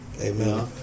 Amen